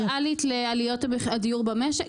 שהיא ריאלית לעליית הדיור במשק?